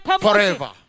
forever